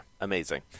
amazing